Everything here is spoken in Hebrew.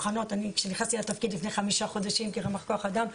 כשנכנסתי לתפקיד לפני חמישה חודשים כרמ"ח כוח אדם,